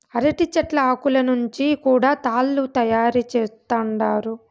అరటి చెట్ల ఆకులను నుంచి కూడా తాళ్ళు తయారు చేత్తండారు